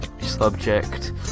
subject